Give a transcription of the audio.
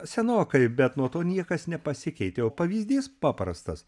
senokai bet nuo to niekas nepasikeitė o pavyzdys paprastas